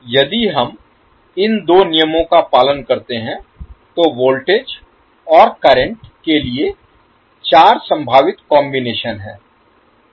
यदि हम इन दो नियमों का पालन करते हैं तो वोल्टेज और करंट के लिए चार संभावित कॉम्बिनेशन हैं